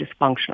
dysfunctional